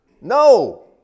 No